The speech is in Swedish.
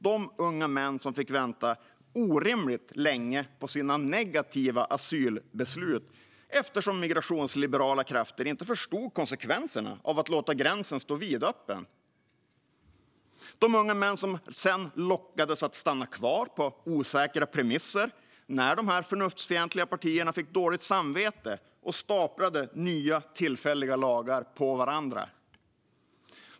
Dessa unga män fick vänta orimligt länge på sina negativa asylbeslut, eftersom migrationsliberala krafter inte förstod konsekvenserna av att låta gränsen stå vidöppen. Dessa unga män lockades sedan att stanna kvar på osäkra premisser när de förnuftsfientliga partierna fick dåligt samvete och staplade nya tillfälliga lagar på varandra.